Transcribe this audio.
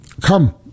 come